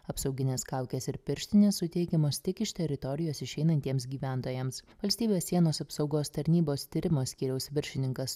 apsauginės kaukės ir pirštinės suteikiamos tik iš teritorijos išeinantiems gyventojams valstybės sienos apsaugos tarnybos tyrimų skyriaus viršininkas